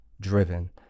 driven